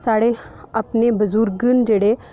साढ़े अपने बजुर्ग न जेह्ड़े